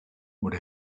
what